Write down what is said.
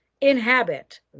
inhabit